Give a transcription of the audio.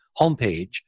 homepage